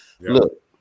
Look